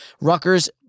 Rutgers